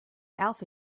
alpha